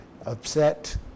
upset